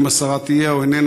אם השרה תהיה או איננה,